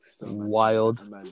wild